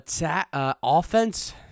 Offense